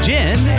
Jen